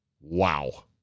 Wow